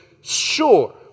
sure